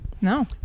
No